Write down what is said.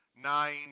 nine